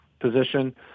position